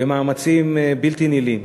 במאמצים בלתי נלאים,